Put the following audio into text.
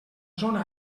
zona